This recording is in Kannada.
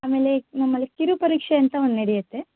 ಆಮೇಲೆ ನಮ್ಮಲ್ಲಿ ಕಿರುಪರೀಕ್ಷೆ ಅಂತ ಒಂದು ನಡಿಯತ್ತೆ